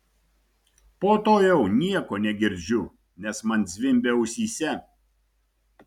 po to jau nieko negirdžiu nes man zvimbia ausyse